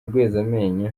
rwezamenyo